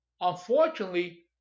Unfortunately